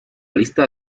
lista